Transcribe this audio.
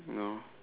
no